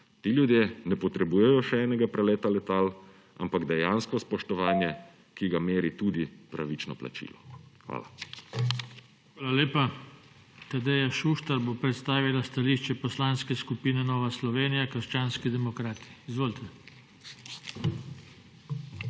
Ti ljudje ne potrebujejo še enega preleta letal, ampak dejansko spoštovanje, ki ga meri tudi pravično plačilo. Hvala. **PODPREDSEDNIK JOŽE TANKO:** Hvala lepa. Tadeja Šuštar bo predstavila stališče Poslanske skupine Nova Slovenija – krščanski demokrati. Izvolite.